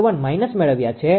01 minus મેળવ્યા છે તે